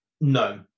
no